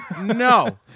no